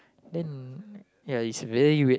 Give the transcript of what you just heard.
then ya is very weird